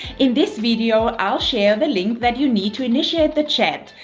in this video, i'll share the link that you need to initiate the chat,